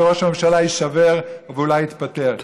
וראש הממשלה יישבר ואולי יתפטר,